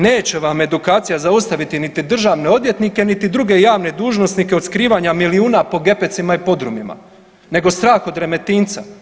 Neće vam edukacija zaustaviti niti državne odvjetnike, niti druge javne dužnosnike od skrivanja milijuna po gepecima i podrumima, nego strah od Remetinca.